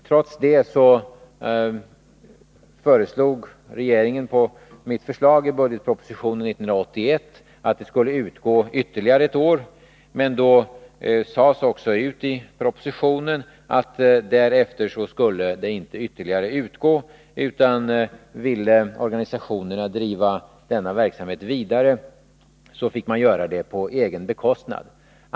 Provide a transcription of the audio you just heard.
Trots detta föreslog regeringen på mitt förslag i budgetpropositionen 1981 att stödet skulle utgå ytterligare ett år, men det sades också klart ut i propositionen att det därefter inte skulle utgå. Om organisationerna ville driva denna verksamhet vidare, fick de göra det på egen bekostnad.